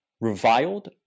reviled